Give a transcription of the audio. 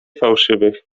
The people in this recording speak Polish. fałszywych